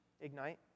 Ignite